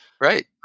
right